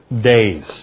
Days